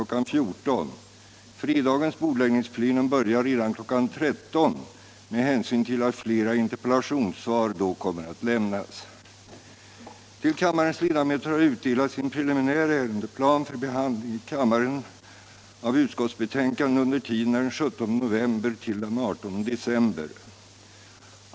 14.00. Fredagens bordläggningsplenum börjar redan kl. 13.00 med hänsyn till att flera interpellationssvar då kommer att lämnas. Till kammarens ledamöter har utdelats en preliminär ärendeplan för behandling i kammaren av utskottsbetänkanden under tiden den 17 november — den 18 december 1976.